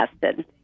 tested